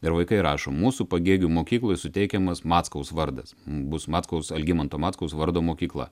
ir vaikai rašo mūsų pagėgių mokyklai suteikiamas mackaus vardas bus matkaus algimanto mackaus vardo mokykla